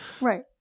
Right